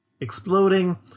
exploding